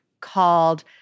called